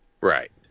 Right